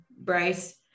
Bryce